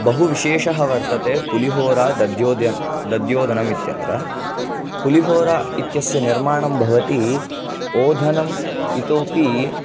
बहु विशेषः वर्तते पुलिहोरा दध्योद्य दध्योदनम् इत्यत्र पुलिहोरा इत्यस्य निर्माणं भवति ओदनम् इतोऽपि